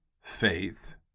faith